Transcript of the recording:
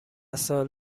سال